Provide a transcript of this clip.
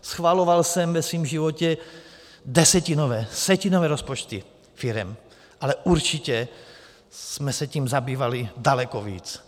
Schvaloval jsem ve svém životě desetinové, setinové rozpočty firem, ale určitě jsme se tím zabývali daleko víc.